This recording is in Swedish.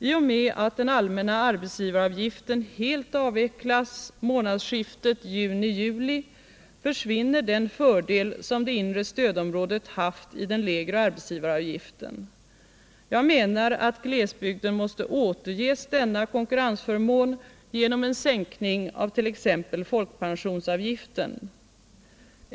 I och med att den allmänna arbetsgivaravgiften helt avvecklas månadsskiftet juni-juli försvinner den fördel som det inre stödområdet haft i den lägre arbetsgivaravgiften. Jag menar att glesbygden måste återges denna konkurrensförmån genom en sänkning av t.ex. folkpensionsavgiften.